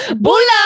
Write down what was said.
BULA